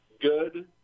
good